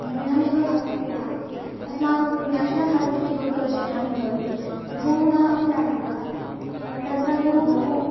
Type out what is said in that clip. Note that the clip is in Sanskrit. न्यूनमेव भवति इति भाति अस्माकं दक्षिणभारतेऽपि गुरुकुल शिक्षणं भवति भूगुणः अपि तावदेव तत्र तु बहु